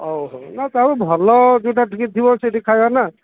ହଉ ହଉ ନା ତା'ପରେ ଭଲ ଯେଉଁଉଟା ଟିକେ ଥିବ ସେଇଠି ଖାଇବା ନା